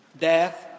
Death